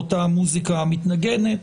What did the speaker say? לאותה המוזיקה המתנגנת.